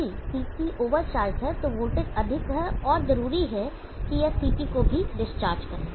यदि CT overcharge है तो वोल्टेज अधिक और जरूरी है कि यह CT को भी डिस्चार्ज करे